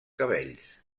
cabells